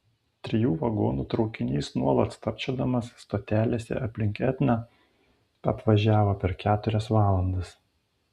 trijų vagonų traukinys nuolat stabčiodamas stotelėse aplink etną apvažiavo per keturias valandas